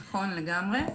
נכון, לגמרי.